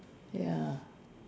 ya